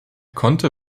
konnte